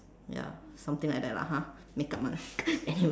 ya something like that lah ha make up [one] lah anyway